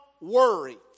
worry